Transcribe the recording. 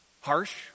harsh